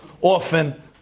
often